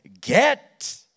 get